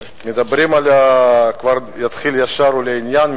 אני אתחיל ישר ולעניין.